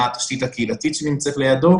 מה התשתית הקהילתית שנמצאת לידו.